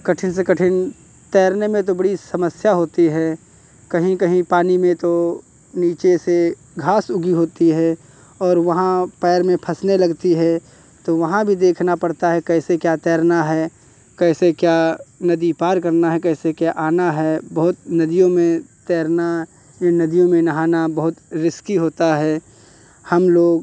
कठिन से कठिन तैरने में तो बड़ी समस्या होती है कहीं कहीं पानी में तो नीचे से घास उगी होती है और वहाँ पैर में फँसने लगती है तो वहाँ भी देखना पड़ता है कैसे क्या तैरना है कैसे क्या नदी पार करना है कैसे क्या आना है बहुत नदियों में तैरना या नदियों में नहाना बहुत रिस्की होता है हम लोग